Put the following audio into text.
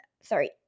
sorry